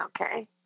okay